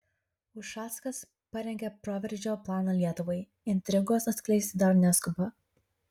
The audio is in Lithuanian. ušackas parengė proveržio planą lietuvai intrigos atskleisti dar neskuba